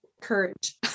Courage